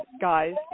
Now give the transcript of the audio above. guys